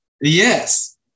Yes